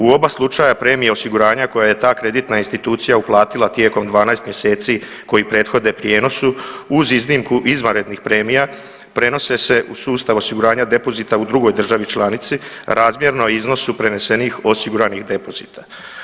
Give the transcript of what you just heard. U oba slučaja premije osiguranja koja je ta kreditna institucija uplatila tijekom 12 mjeseci koji prethode prijenosu uz iznimku izvanrednih premija prenose se u sustav osiguranja depozita u drugoj državi članica razmjerno iznosu prenesenih osiguranih depozita.